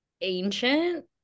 ancient